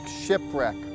shipwreck